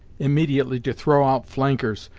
immediately to throw out flankers,